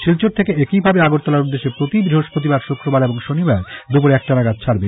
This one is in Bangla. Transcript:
শিলচর থেকে একইভাবে আগরতলার উদ্দেশ্যে প্রতি বৃহস্পতিবার শুক্রবার এবং শনিবার দুপুর একটা নাগাদ ছাড়বে